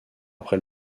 après